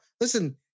listen